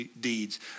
deeds